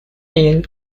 tale